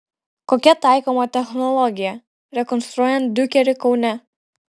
kokia taikoma technologija rekonstruojant diukerį kaune